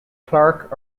clerk